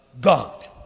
God